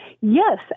Yes